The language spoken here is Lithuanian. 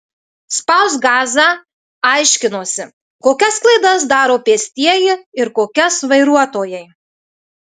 spausk gazą aiškinosi kokias klaidas daro pėstieji ir kokias vairuotojai